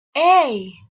hey